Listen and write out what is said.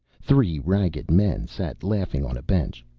three ragged men sat laughing on a bench,